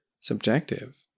subjective